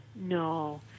No